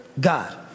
God